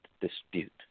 dispute